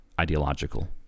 ideological